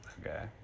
Okay